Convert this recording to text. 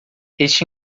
este